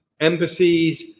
embassies